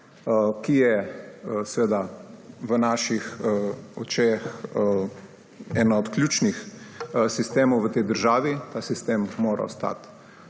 ki je v naših očeh eden od ključnih sistemov v tej državi. Ta sistem mora ostati